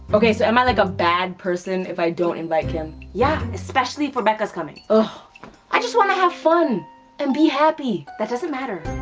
okay, so am i like a bad person if i don't invite kim? yeah, especially if rebecca's coming. ah i just wanna have fun and be happy. that doesn't matter.